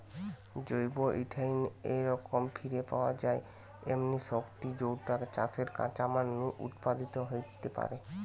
জৈব ইথানল একরকম ফিরে পাওয়া যায় এমনি শক্তি যৌটা চাষের কাঁচামাল নু উৎপাদিত হেইতে পারে